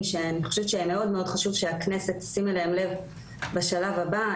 שחשוב מאוד שהכנסת תשים אליהם לב בשלב הבא.